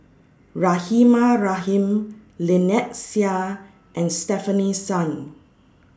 Rahimah Rahim Lynnette Seah and Stefanie Sun